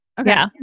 Okay